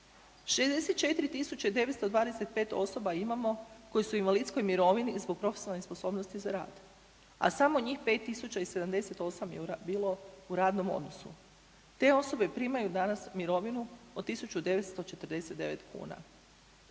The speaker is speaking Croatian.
64 925 osoba imamo koji su u invalidskoj mirovini zbog profesionalne nesposobnosti za rad, a samo njih 5 078 je bilo u radnom odnosu. Te osobe primaju danas mirovinu od 1949 kuna.